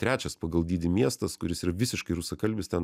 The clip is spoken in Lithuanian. trečias pagal dydį miestas kuris yra visiškai rusakalbis ten